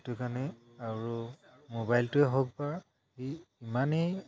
সেইটো কাৰণে আৰু মোবাইলটোৱে হওক বা সেই ইমানেই